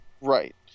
Right